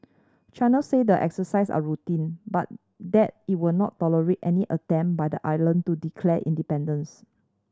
China say the exercises are routine but that it will not tolerate any attempt by the island to declare independence